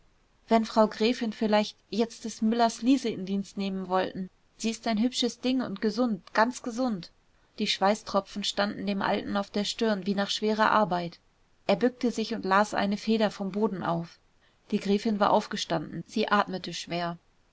wenn frau gräfin vielleicht jetzt des müllers liese in dienst nehmen wollten sie ist ein hübsches ding und gesund ganz gesund die schweißtropfen standen dem alten auf der stirn wie nach schwerer arbeit er bückte sich und las eine feder vom boden auf die gräfin war aufgestanden sie atmete schwer